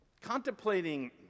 Contemplating